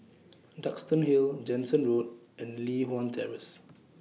Duxton Hill Jansen Road and Li Hwan Terrace